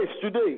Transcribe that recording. today